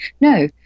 No